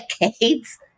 decades